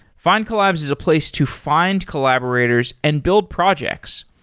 findcollabs is a place to find collaborators and build projects.